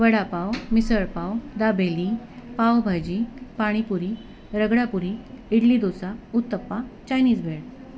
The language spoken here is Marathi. वडापाव मिसळपाव दाबेली पावभाजी पाणीपुरी रगडापुरी इडली डोसा उत्तप्पा चायनीज भेळ